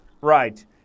Right